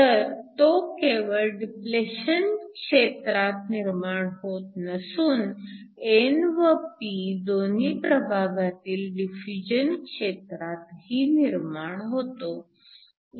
तर तो केवळ डिप्लेशन क्षेत्रात निर्माण होत नसून n व p दोन्ही प्रभागातील डिफ्युजन क्षेत्रातही निर्माण होतो